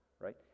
right